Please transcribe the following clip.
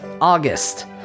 August